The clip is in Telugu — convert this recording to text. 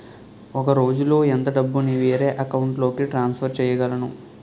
ఒక రోజులో ఎంత డబ్బుని వేరే అకౌంట్ లోకి ట్రాన్సఫర్ చేయగలను?